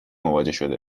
مواجه